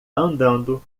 andando